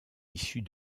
issus